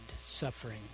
suffering